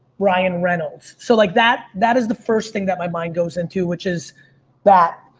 ryan reynolds? so like that that is the first thing that my mind goes into, which is that.